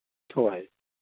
ꯍꯣꯏ